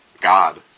God